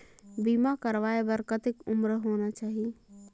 बीमा करवाय बार कतेक उम्र होना चाही?